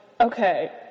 okay